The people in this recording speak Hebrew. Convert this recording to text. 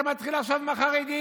אתה מתחיל עכשיו עם החרדים.